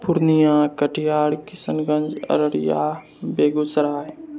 Purnia Katihar Kishanganj Araria Begusarai